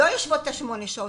הן לא יושבות שמונה שעות,